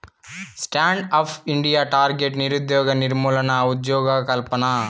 stand up India target నిరుద్యోగ నిర్మూలన, ఉజ్జోగకల్పన